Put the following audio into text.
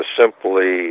simply